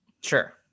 Sure